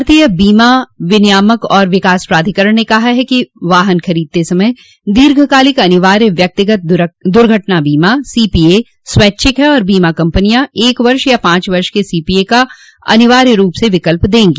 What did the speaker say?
भारतीय बीमा विनियामक और विकास प्राधिकरण ने कहा है कि वाहन खरीदते समय दीर्घकालिक अनिवार्य व्यक्तिगत दुर्घटना बीमा सीपीए स्वैच्छिक है और बीमा कम्पनियां एक वर्ष या पांच वर्ष के सीपीए का अनिवार्य रूप से विकल्प देंगी